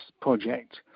project